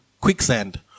quicksand